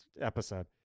episode